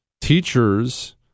Teachers